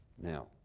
Now